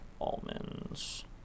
Almonds